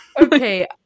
Okay